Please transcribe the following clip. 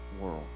world